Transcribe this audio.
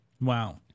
Wow